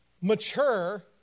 mature